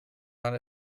mal